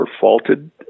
faulted